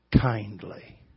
kindly